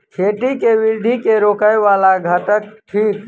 खेती केँ वृद्धि केँ रोकय वला घटक थिक?